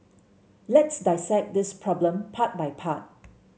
let's dissect this problem part by part